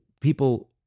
people